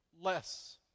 less